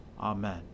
Amen